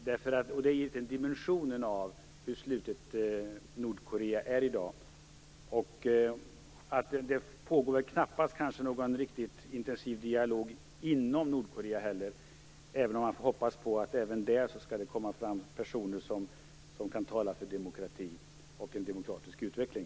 Det ger dimensionen av hur slutet Nordkorea är i dag. Det pågår väl knappast någon riktigt intensiv dialog inom Nordkorea. Men man får väl hoppas på att det även där skall komma fram personer som kan tala för demokrati och en demokratisk utveckling.